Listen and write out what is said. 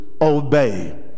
obey